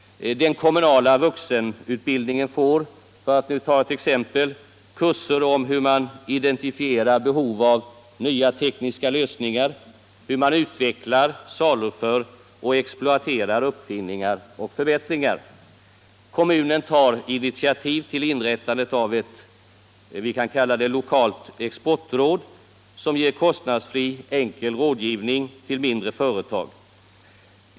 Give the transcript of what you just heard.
Den kommunala vuxenutbildningen får — för att nu ta ett exempel — kurser om hur man identifierar behov av nya tekniska lösningar, hur man utvecklar, saluför och exploaterar uppfinningar och förbättringar. Kommunen tar initiativ till inrättandet av vad vi kan kalla ett lokalt exportråd, som ger kostnadsfri enkel rådgivning till mindre företag.